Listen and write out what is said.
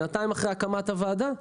שנתיים אחרי הקמת הוועדה,